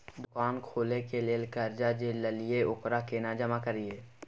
दुकान खोले के लेल कर्जा जे ललिए ओकरा केना जमा करिए?